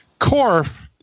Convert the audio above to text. Corf